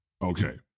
Okay